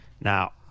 Now